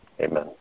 Amen